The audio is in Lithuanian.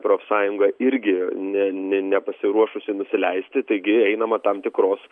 profsąjunga irgi ne ne nepasiruošusi nusileisti taigi einama tam tikros